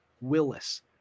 Willis